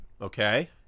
okay